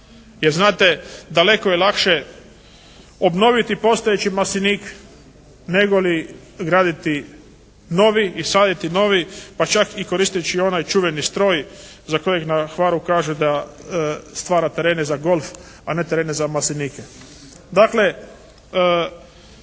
Jer znate daleko je lakše obnoviti postojeći maslinik negoli graditi novi i saditi novi pa čak i koristeći onaj čuveni stroj za kojeg na Hvaru kažu da stvara terene za golf, a ne terene za maslinike.